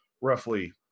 roughly